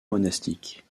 monastique